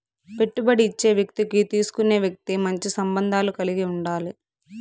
పెట్టుబడి ఇచ్చే వ్యక్తికి తీసుకునే వ్యక్తి మంచి సంబంధాలు కలిగి ఉండాలి